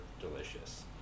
delicious